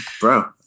bro